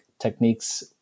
techniques